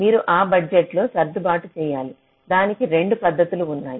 మీరు ఆ బడ్జెట్లో సర్దుబాటు చేయాలి దానికి 2 పద్దతులు ఉన్నాయి